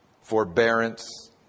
forbearance